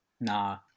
Nah